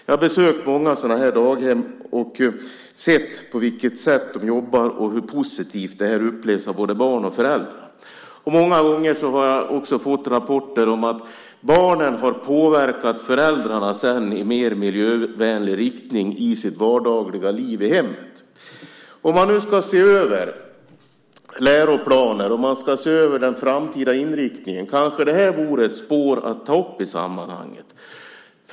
Jag har besökt många sådana här daghem och sett vilket sätt de jobbar på och hur positivt det här upplevs av både barn och föräldrar. Många gånger har jag också fått rapporter om att barnen sedan har påverkat föräldrarna i mer miljövänlig riktning i sitt vardagliga liv i hemmet. Om man nu ska se över läroplaner, om man ska se över den framtida inriktningen, kanske det här vore ett spår att ta upp i sammanhanget.